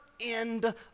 end